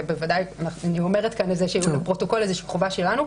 אני אומרת לפרוטוקול שזאת חובה שלנו.